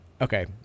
Okay